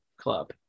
club